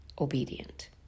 obedient